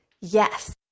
Yes